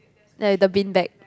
like the bean bag